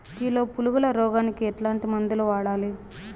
Kilo పులుగుల రోగానికి ఎట్లాంటి మందులు వాడాలి?